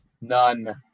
none